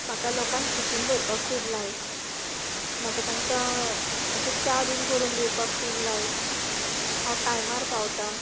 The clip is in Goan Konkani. म्हाका लोकांक खोशयेन दवरपाक खूब लायक म्हाका तांका अशें च्या बी करून दिवपाक खूब लायक हांव टायमार पावतां